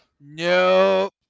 Nope